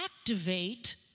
activate